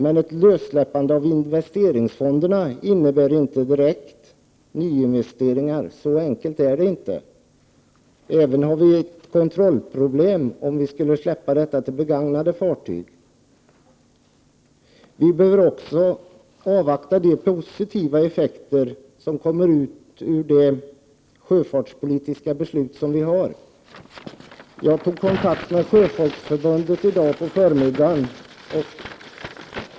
Men ett lössläppande av medel ur investeringsfonderna innebär inte direkt nya investeringar. Så enkelt är det. Vi skulle få även kontrollproblem om vi skulle släppa dem för investeringar i begagnade fartyg. Vi behöver också avvakta de förhoppningsvis positiva effekterna av det sjöfartspolitiska beslut som vi har fattat. Jag tog kontakt med Sjöfolksförbundet i dag på förmiddagen.